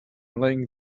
laying